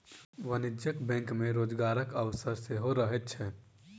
वाणिज्यिक बैंक मे रोजगारक अवसर सेहो रहैत छै